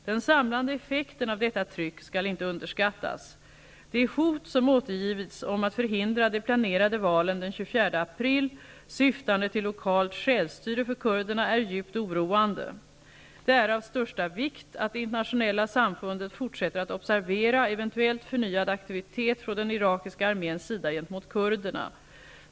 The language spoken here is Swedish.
Den samlade effekten av detta tryck skall inte underskattas. De hot som återgivits om att förhindra de planerade valen den 24 april, syftande till lokalt självstyre för kurderna, är djupt oroande. Det är av största vikt att det internationella samfundet fortsätter att observera eventuellt förnyad aktivitet från den irakiska arméns sida gentemot kurderna.